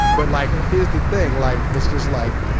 but like, here's the thing. like, it's just like,